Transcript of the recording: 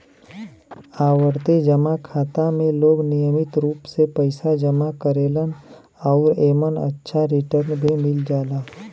आवर्ती जमा खाता में लोग नियमित रूप से पइसा जमा करेलन आउर एमन अच्छा रिटर्न भी मिल जाला